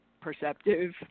perceptive